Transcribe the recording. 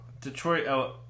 Detroit